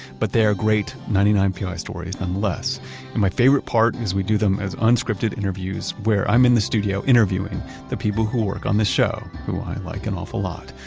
but they are great, ninety nine pi stories nonetheless. and my favorite part is we do them as unscripted interviews where i'm in the studio interviewing the people who work on this show, who i like an awful lot.